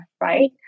right